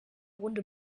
runde